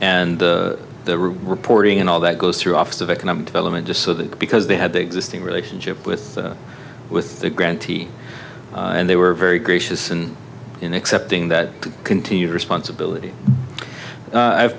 and reporting and all that goes through office of economic development just so that because they had the existing relationship with with the grantee and they were very gracious and in accepting that continued responsibility i've